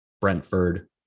Brentford